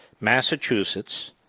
Massachusetts